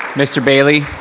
mr. bailey.